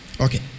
Okay